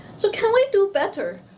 so can we do better?